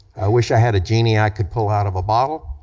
wish i had a genie i could pull out of a bottle,